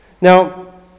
Now